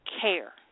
care